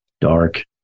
dark